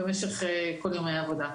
במשך כל ימי העבודה.